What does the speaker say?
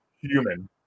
human